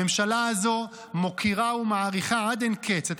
הממשלה הזו מוקירה ומעריכה עד אין-קץ את